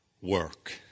work